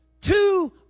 Two